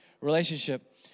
relationship